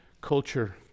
culture